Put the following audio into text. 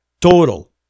Total